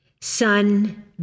Son